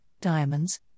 diamonds